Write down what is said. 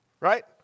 right